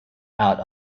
out